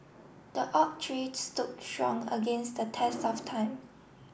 the oak tree stood strong against the test of time